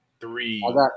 three